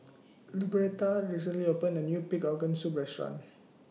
Luberta recently opened A New Pig Organ Soup Restaurant